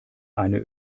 eine